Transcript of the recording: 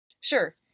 Sure